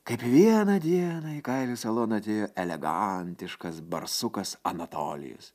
kaip vieną dieną į kailių saloną atėjo elegantiškas barsukas anatolijus